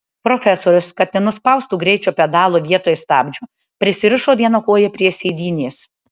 profesorius kad nenuspaustų greičio pedalo vietoj stabdžio prisirišo vieną koją prie sėdynės